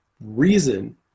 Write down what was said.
reason